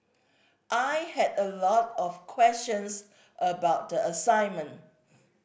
I had a lot of questions about the assignment